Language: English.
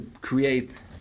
create